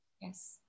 Yes